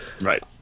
right